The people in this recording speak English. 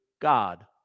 God